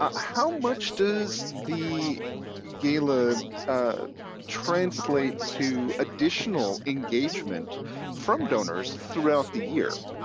um how much does the gala translate to additional engagement from donors throughout the year?